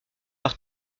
par